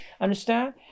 understand